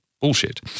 bullshit